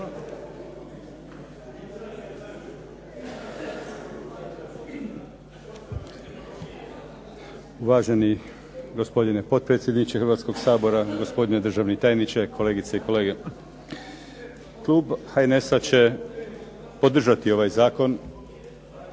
Uvaženi gospodine potpredsjedniče Hrvatskog sabora, gospodine državni tajniče, kolegice i kolege. Klub HNS-a će podržati ovaj zakon,